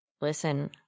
listen